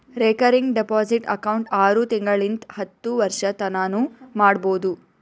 recurring deposit account ಆರು ತಿಂಗಳಿಂತ್ ಹತ್ತು ವರ್ಷತನಾನೂ ಮಾಡ್ಬೋದು